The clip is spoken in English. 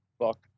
fuck